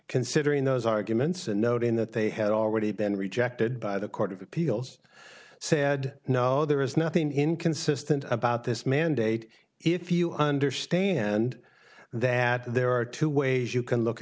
considering those arguments and noting that they had already been rejected by the court of appeals said no there is nothing inconsistent about this mandate if you understand that there are two ways you can look at